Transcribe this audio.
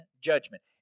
judgment